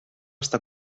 està